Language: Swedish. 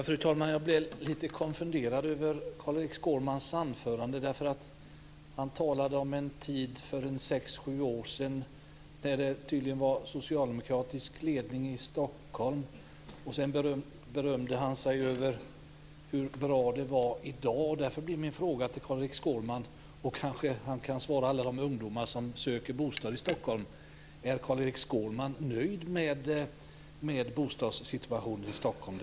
Fru talman! Jag blev lite konfunderad över Carl Erik Skårmans anförande. Han talade om en tid för sex sju år sedan när det tydligen var socialdemokratisk ledning i Stockholm. Sedan berömde han sig över hur bra det var i dag. Därför vill jag ställa en fråga till Carl-Erik Skårman. Han kanske kan svara alla de ungdomar som söker bostad i Stockholm. Är Carl-Erik Skårman nöjd med bostadsituationen i Stockholm?